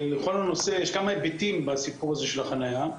יש כמה היבטים בסיפור הזה של החניה.